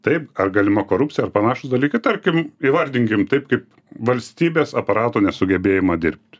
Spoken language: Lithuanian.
taip ar galima korupcija ar panašūs dalykai tarkim įvardinkim taip kaip valstybės aparato nesugebėjimą dirbt